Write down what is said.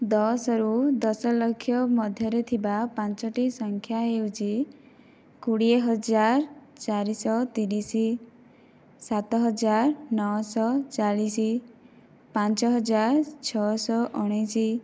ଦଶରୁ ଦଶଲକ୍ଷ ମଧ୍ୟରେ ଥିବା ପାଞ୍ଚଟି ସଂଖ୍ୟା ହେଉଛି କୋଡ଼ିଏ ହଜାର ଚାରିଶହ ତିରିଶ ସାତହଜାର ନଶହ ଚାଳିଶ ପାଞ୍ଚ ହଜାର ଛଅ ଶହ ଉଣେଇଶ